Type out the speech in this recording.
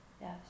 Yes